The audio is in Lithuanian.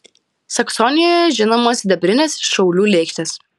saksonijoje žinomos sidabrinės šaulių lėkštės